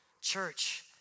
Church